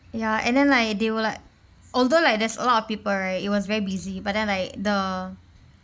ya and then like they were like although like there's a lot of people right it was very busy but then like the